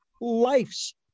life's